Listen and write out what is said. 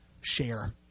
share